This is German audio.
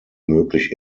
möglich